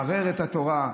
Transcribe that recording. מערער את התורה,